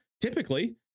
typically